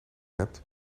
hebt